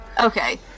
okay